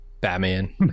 Batman